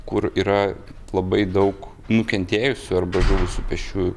kur yra labai daug nukentėjusių arba žuvusių pėsčiųjų